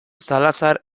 salazar